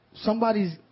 somebody's